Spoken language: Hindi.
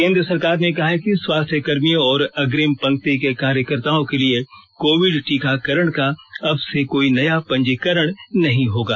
केंद्र सरकार ने कहा है कि स्वास्थ्य कर्मियों और अग्रिम पंक्ति के कार्यकर्ताओं के लिए कोविड टीकाकरण का अब से कोई नया पंजीकरण नहीं होगा